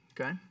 Okay